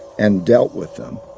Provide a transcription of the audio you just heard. and dealt with them,